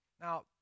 Now